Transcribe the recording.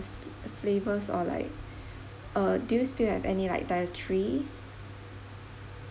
flavors or like uh do you still have any like dietary